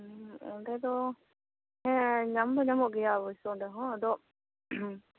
ᱦᱩᱸ ᱚᱰᱮ ᱫᱚ ᱦᱮᱸ ᱧᱟᱢ ᱫᱚ ᱧᱟᱢᱚᱜ ᱜᱮᱭᱟ ᱚᱵᱚᱥᱳ ᱟᱫᱚ